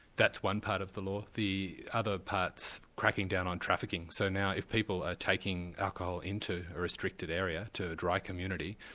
that's one part of the law. the other part's cracking down on trafficking. so now if people are taking alcohol into a restricted area, to a dry community,